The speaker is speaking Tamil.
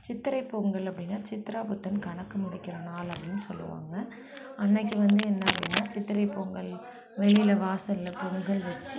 சித்திரை பொங்கல் அப்படினா சித்ரா புத்தன் கணக்கு முடிக்கிற நாள் அப்படின்னு சொல்லுவாங்க அன்னைக்கு வந்து என்னன்னா சித்திரை பொங்கல் வெளியில் வாசலில் பொங்கல் வச்சு